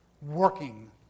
working